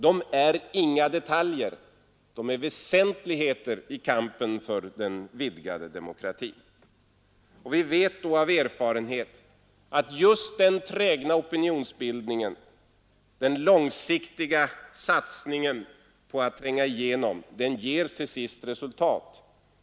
Det är inte detaljer, det är väsentligheter i kampen för den vidgade demokratin. Vi vet av erfarenhet att den trägna opinionsbildningen, den långsiktiga satsningen till sist ger resultat.